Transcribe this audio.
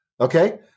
Okay